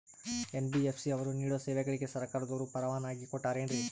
NBFC ಅವರು ನೇಡೋ ಸೇವೆಗಳಿಗೆ ಸರ್ಕಾರದವರು ಪರವಾನಗಿ ಕೊಟ್ಟಾರೇನ್ರಿ?